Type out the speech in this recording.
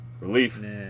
relief